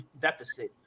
deficit